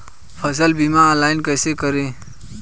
फसल बीमा ऑनलाइन कैसे करें?